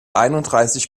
einunddreißig